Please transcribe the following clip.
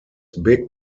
big